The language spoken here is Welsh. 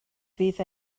fydd